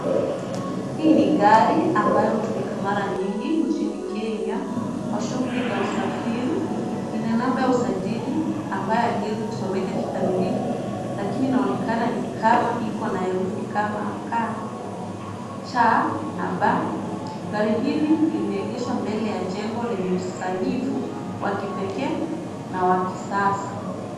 Hii ni gari ambayo hutumika mara nyingi nchini Kenya kwa shughuli za usafiri. Ina namba ya usajili ambayo haiwezi kusomeka kikamilifu, lakini inaonekana ni kama iko na herufi KCB.Gari hili limeegeshwa mbele ya jengo lenye usanifu wa kipekee na wa kisasa.